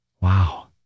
wow